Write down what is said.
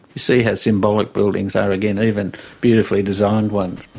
you see how symbolic buildings are again even beautifully designed ones.